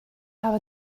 have